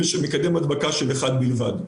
ושל מקדם הדבקה 1 בלבד.